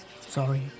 Sorry